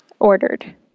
Ordered